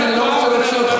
לכן אני לא רוצה להוציא אותך.